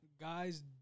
Guys